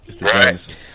Right